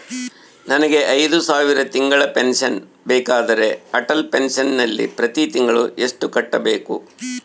ನನಗೆ ಐದು ಸಾವಿರ ತಿಂಗಳ ಪೆನ್ಶನ್ ಬೇಕಾದರೆ ಅಟಲ್ ಪೆನ್ಶನ್ ನಲ್ಲಿ ಪ್ರತಿ ತಿಂಗಳು ಎಷ್ಟು ಕಟ್ಟಬೇಕು?